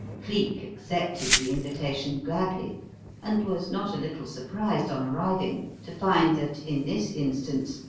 cleek accepted the invitation gladly and was not a little surprised on arriving to find that, in this instance,